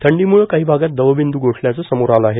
थंडीमुळे काही आगात दवबिन्द् गोठल्याचे समोर आले आहे